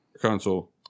console